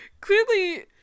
clearly